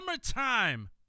summertime